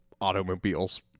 automobiles